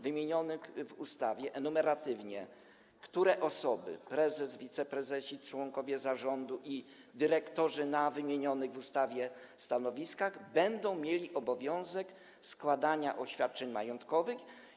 Wymieniono w ustawie enumeratywnie, które osoby - prezes, wiceprezesi, członkowie zarządu i dyrektorzy na wymienionych w ustawie stanowiskach - będą miały obowiązek składania oświadczeń majątkowych.